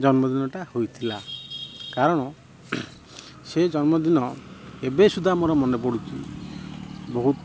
ଜନ୍ମଦିନଟା ହୋଇଥିଲା କାରଣ ସେ ଜନ୍ମଦିନ ଏବେ ସୁଧା ମୋର ମନେପଡ଼ୁଛି ବହୁତ